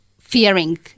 fearing